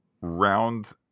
round